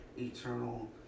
eternal